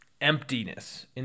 emptiness